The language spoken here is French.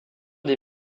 des